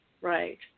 Right